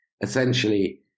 essentially